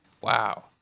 wow